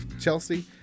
Chelsea